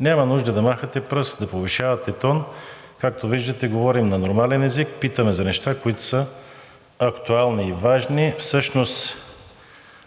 Няма нужда да махате с пръст и да повишавате тон. Както виждате, говорим на нормален език, питаме за неща, които са актуални и важни. Всъщност,